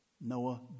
Noah